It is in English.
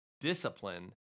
discipline